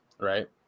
right